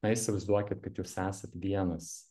na įsivaizduokit kad jūs esat vienas